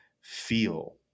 feel